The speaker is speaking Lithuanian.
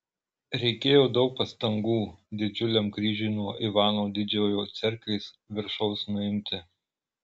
reikėjo daug pastangų didžiuliam kryžiui nuo ivano didžiojo cerkvės viršaus nuimti